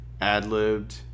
ad-libbed